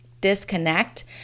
disconnect